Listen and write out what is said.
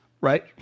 Right